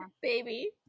Baby